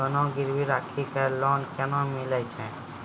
सोना गिरवी राखी कऽ लोन केना मिलै छै?